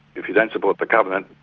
if you don't support the covenant,